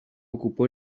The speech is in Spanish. ocupó